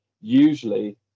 usually